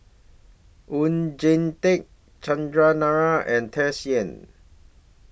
Oon Jin Teik Chandran Nair and Tsung Yeh